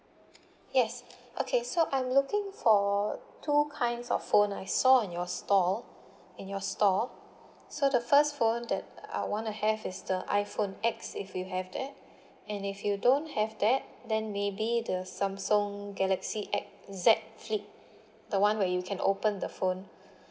yes okay so I'm looking for two kinds of phone I saw on your stall in your stall so the first phone that I wanna have is the iPhone X if you have that and if you don't have that then maybe the samsung galaxy X Z flip the [one] where you can open the phone